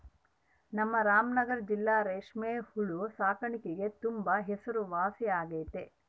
ನಮ್ ರಾಮನಗರ ಜಿಲ್ಲೆ ರೇಷ್ಮೆ ಹುಳು ಸಾಕಾಣಿಕ್ಗೆ ತುಂಬಾ ಹೆಸರುವಾಸಿಯಾಗೆತೆ